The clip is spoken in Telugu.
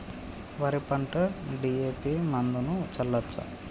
వరి పంట డి.ఎ.పి మందును చల్లచ్చా?